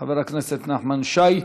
חבר הכנסת נחמן שי.